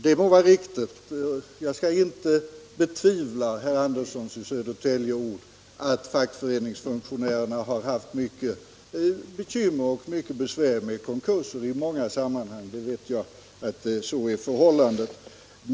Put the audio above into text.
Jag betvivlar det inte när herr Andersson i Södertälje säger att fackföreningsfunktionärerna har haft mycket bekymmer och mycket besvär med konkurser. Jag vet att det förhåller sig så.